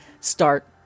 start